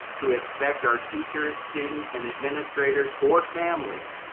to expect our teachers, students and administrators, or families,